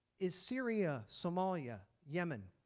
is syria, somalia, yemen,